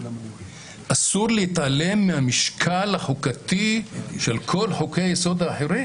אסור להתעלם מהמשקל החוקתי של כל חוקי היסוד האחרים,